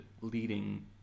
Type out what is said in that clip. leading